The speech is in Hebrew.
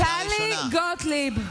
טלי גוטליב.